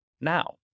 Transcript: now